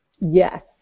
Yes